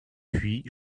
puis